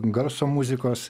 garso muzikos